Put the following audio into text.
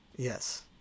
Yes